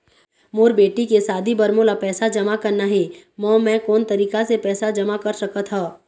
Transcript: मोर बेटी के शादी बर मोला पैसा जमा करना हे, म मैं कोन तरीका से पैसा जमा कर सकत ह?